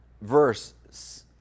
verse